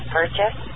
purchase